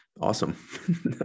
awesome